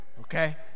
Okay